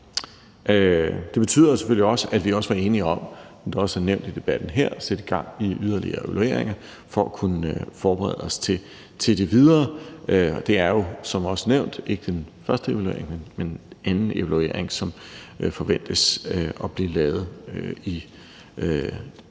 Det betyder selvfølgelig, at vi, som det også er nævnt i debatten her, også var enige om at sætte gang i yderligere evalueringer for at kunne forberede os til det videre. Det er jo som også nævnt ikke den første evaluering, men den anden evaluering, som forventes at blive lavet og